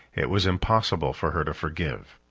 it was impossible for her to forgive.